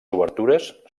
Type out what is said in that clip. obertures